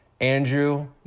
Andrew